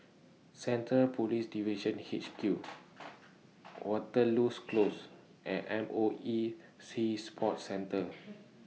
Centre Police Division H Q Waterloo's Close and M O E Sea Sports Centre